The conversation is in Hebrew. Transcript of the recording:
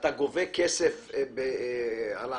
ואתה גובה כסף על ההדרכה,